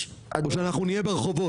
כשאנחנו נהיה ברחובות.